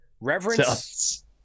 Reverence